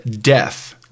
death